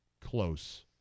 close